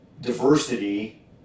diversity